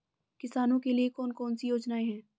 किसानों के लिए कौन कौन सी योजनाएं हैं?